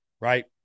right